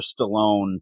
Stallone